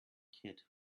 kid